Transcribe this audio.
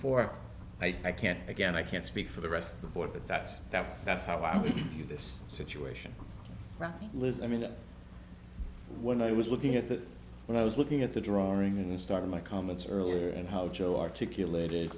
for i can't again i can't speak for the rest of the board but that's that's that's how i view this situation right liz i mean when i was looking at that when i was looking at the drawing and started my comments earlier and how joel articulated